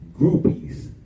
groupies